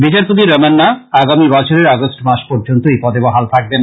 বিচারপতি রমান্না আগামী বছরের অগাষ্ট মাস পর্যন্ত এই পদে বহাল থাকবেন